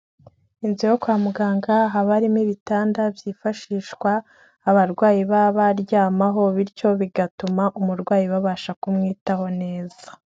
Inzu yo kwa muganga haba harimo ibitanda byifashishwa abarwayi baba baryamaho bityo bigatuma umurwayi babasha kumwitaho neza.